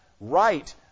right